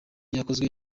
yakozwe